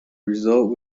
result